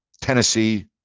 Tennessee